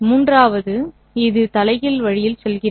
மூன்றாவது இது தலைகீழ் வழியில் செல்கிறது